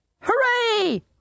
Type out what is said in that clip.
Hooray